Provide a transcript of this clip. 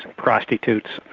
prostitutes,